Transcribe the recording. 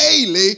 daily